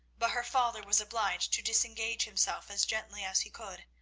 but her father was obliged to disengage himself as gently as he could,